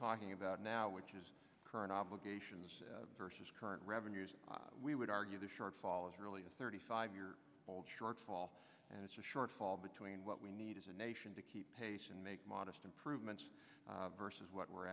talking about now which is current obligations versus current revenues we would argue the shortfall is really a thirty five year old shortfall and it's a shortfall between what we need as a nation to keep pace and make modest improvements versus what we're